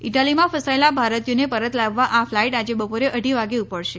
ઇટાલીમાં ફસાયેલા ભારતીયોને પરત લાવવા આ ફલાઇટ આજે બપોરે અઢી વાગે ઉપડશે